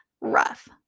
Rough